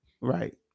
Right